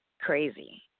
crazy